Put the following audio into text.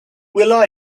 will